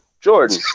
Jordan